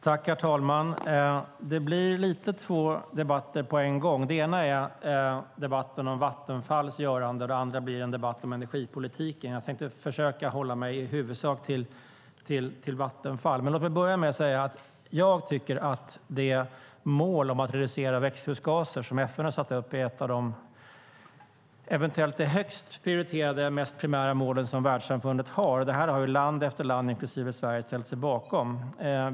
Herr talman! Det blir liksom två debatter på en gång. Det ena är debatten om Vattenfalls göranden, och det andra blir en debatt om energipolitiken. Jag tänker försöka att i huvudsak hålla mig till Vattenfall. Låt mig dock börja med att säga att det mål om att reducera växthusgaser som FN har satt upp nog är ett av de högst prioriterade och mest primära mål som världssamfundet har, och land efter land, inklusive Sverige, har ställt sig bakom detta.